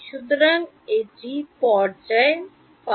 সুতরাং এটি পর্যায় ϕ